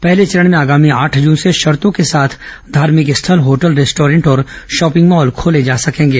पहले चरण में आगामी आठ जून से शर्तो के साथ धार्मिक स्थल होटल रेस्टॉरेंट और शॉपिंग मॉल खोले जा सकेंगे